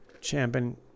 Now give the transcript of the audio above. Champion